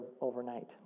overnight